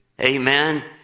Amen